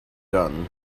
gun